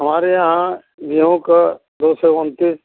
हमारे यहाँ गेहूँ के दो सौ उनतीस